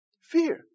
Fear